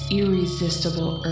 irresistible